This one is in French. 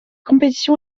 compétition